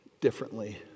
differently